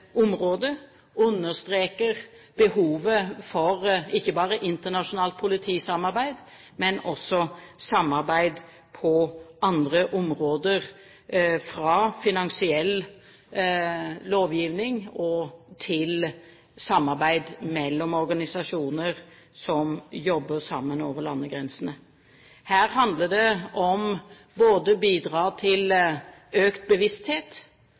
understreker behovet for ikke bare internasjonalt politisamarbeid, men også samarbeid på andre områder, fra finansiell lovgivning til samarbeid mellom organisasjoner som jobber sammen over landegrensene. Her handler det om å bidra til økt bevissthet